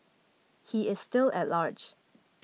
he is still at large